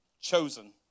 Chosen